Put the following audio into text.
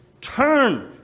Turn